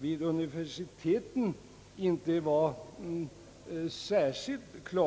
vid universiteten inte var särskilt klar.